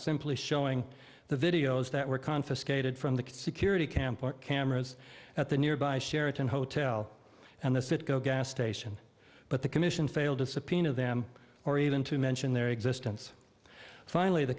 simply showing the videos that were confiscated from the security camp or cameras at the nearby sheraton hotel and the citgo gas station but the commission failed to subpoena them or even to mention their existence finally the